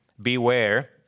beware